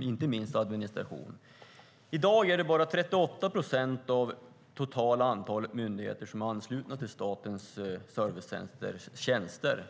inte minst inom administration. I dag är det bara 38 procent av det totala antalet myndigheter som är anslutna till Statens servicecenters tjänster.